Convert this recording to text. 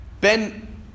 Ben